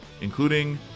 including